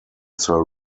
sir